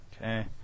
Okay